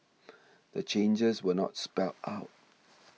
the changes were not spelled out